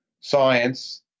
science